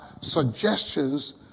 suggestions